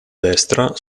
destra